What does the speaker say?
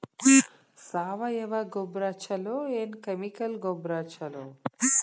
ಸಾವಯವ ಗೊಬ್ಬರ ಛಲೋ ಏನ್ ಕೆಮಿಕಲ್ ಗೊಬ್ಬರ ಛಲೋ?